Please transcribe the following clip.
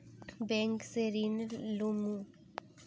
Bank से ऋण लुमू?